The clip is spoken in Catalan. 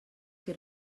que